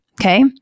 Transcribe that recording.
Okay